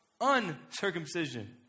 uncircumcision